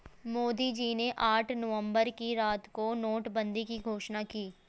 मोदी जी ने आठ नवंबर की रात को नोटबंदी की घोषणा की